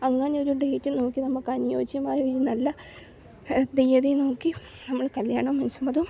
അങ്ങനെയൊരു ഡേറ്റ് നോക്കി നമുക്ക് അനുയോജ്യമായ നല്ല തീയതി നോക്കി നമ്മൾ കല്യാണവും മനസമ്മതവും